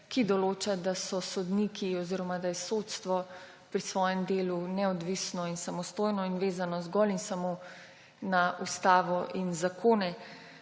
ki določa, da so sodniki oziroma da je sodstvo pri svojem delu neodvisno in samostojno in vezano zgolj in samo na ustavo in zakone.